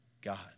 God